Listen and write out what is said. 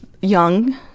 young